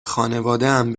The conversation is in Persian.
خانوادهام